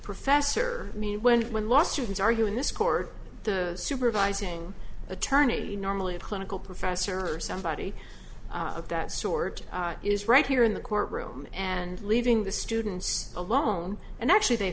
professor i mean when when lawsuits argue in this court the supervising attorney normally a clinical professor or somebody of that sort is right here in the court room and leaving the students alone and actually they